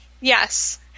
Yes